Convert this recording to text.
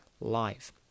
live